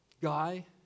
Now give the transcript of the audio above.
guy